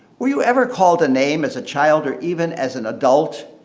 were you ever called a name as a child or even as an adult?